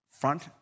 front